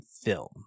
film